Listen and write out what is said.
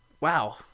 wow